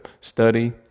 study